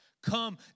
Come